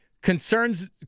Concerns